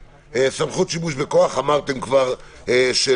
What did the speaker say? סמכות שימוש בכוח אמרתם כבר שלא.